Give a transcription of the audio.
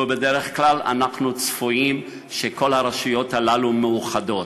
ובדרך כלל אנחנו מצפים שכל הרשויות הללו יהיו מאוחדות.